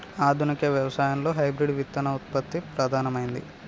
ఆధునిక వ్యవసాయం లో హైబ్రిడ్ విత్తన ఉత్పత్తి ప్రధానమైంది